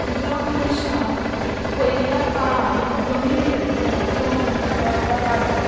ज्या मनशान पयल्या काळांत जमीन घेतल्या तो म्हणटा तो आतां राजा